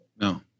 No